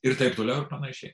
ir taip toliau ir panašiai